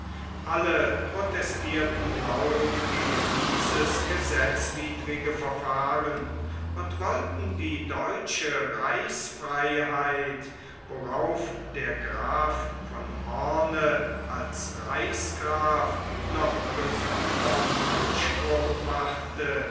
alle protestierten laut gegen dieses gesetzwidrige verfahren und wollten die deutsche reichsfreiheit worauf der graf von hoorn als reichsgraf noch besondern anspruch machte